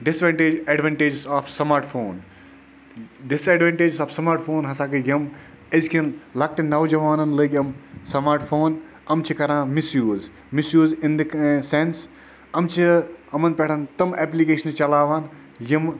disadvantage advantages of smart phone disadvantages of smart phone ہَسا گٔے یِم أزکٮ۪ن لۅکٹٮ۪ن نَوجَوانَن لٔگۍ یِم سُمارٹ فون یِم چھِ کَران misuse misuse in the کہ سیٚنس یِم چھِ یِمَن پٮ۪ٹھ تِم ایٚپلِکیشنہٕ چَلاوان یِمہٕ